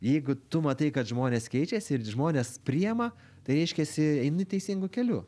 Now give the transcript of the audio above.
jeigu tu matai kad žmonės keičiasi ir žmonės priėma tai reiškiasi eini teisingu keliu